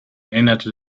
änderte